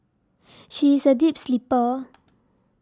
she is a deep sleeper